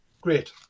great